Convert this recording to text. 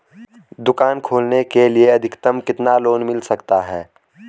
दुकान खोलने के लिए अधिकतम कितना लोन मिल सकता है?